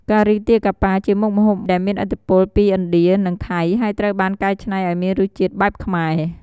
ការីទាកាប៉ា ជាមុខម្ហូបដែលមានឥទ្ធិពលពីឥណ្ឌា និងថៃ ហើយត្រូវបានកែច្នៃឱ្យមានរសជាតិបែបខ្មែរ។